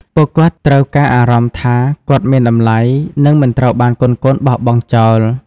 ពួកគាត់ត្រូវការអារម្មណ៍ថា គាត់មានតម្លៃ និងមិនត្រូវបានកូនៗបោះបង់ចោល។